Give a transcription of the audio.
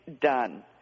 done